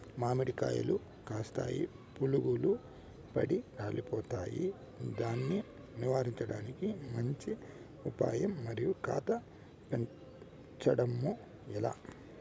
మామిడి కాయలు కాస్తాయి పులుగులు పడి రాలిపోతాయి దాన్ని నివారించడానికి మంచి ఉపాయం మరియు కాత పెంచడము ఏలా?